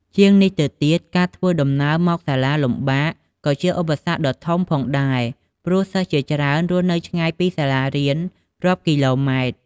ជាងនេះទៅទៀត ការធ្វើដំណើរមកសាលាលំបាក ក៏ជាឧបសគ្គដ៏ធំផងដែរ ព្រោះសិស្សជាច្រើនរស់នៅឆ្ងាយពីសាលារៀនរាប់គីឡូម៉ែត្រ។